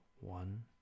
one